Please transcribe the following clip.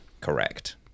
correct